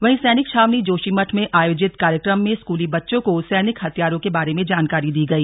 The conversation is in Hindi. वहीं सैनिक छावनी जोशीमठ में आयोजित कार्यक्रम में स्कूली बच्चों को सैनिक हथियारों के बारे में जानकारी दी गई